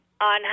On